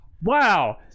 Wow